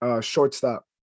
shortstop